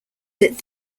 that